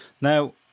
Now